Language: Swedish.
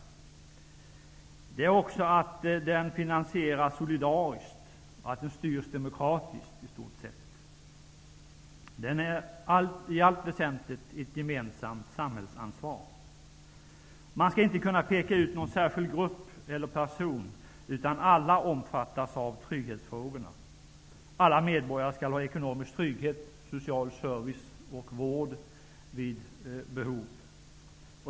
Den skall också finansieras solidariskt och styras i stort sett demokratiskt. Den är i allt väsentligt ett gemensamt samhällsansvar. Man skall inte kunna peka ut någon särskild person eller grupp, utan alla skall omfattas av trygghetsfrågorna. Alla medborgare skall ha ekonomisk trygghet, social service och få vård vid behov.